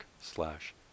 slash